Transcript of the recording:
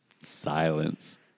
Silence